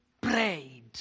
prayed